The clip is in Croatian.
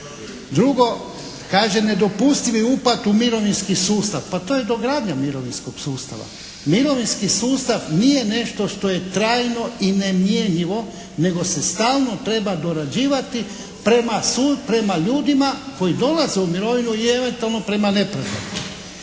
Drugo, kaže nedopustivi upad u mirovinski sustav. Pa to je dogradnja mirovinskog sustava. Mirovinski sustav nije nešto što je trajno i nemjenjivo, nego se stalno treba dorađivati prema ljudima koji dolaze u mirovinu i eventualno prema …/Govornik